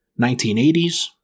1980s